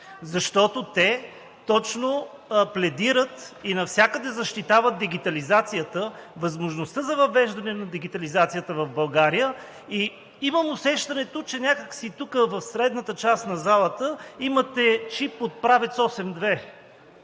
защото те точно пледират и навсякъде защитават дигитализацията, възможността за въвеждане в дигитализацията в България. Имам някак си усещането, че в средната част на залата имате чип от „Правец 82“